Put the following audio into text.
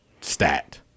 stat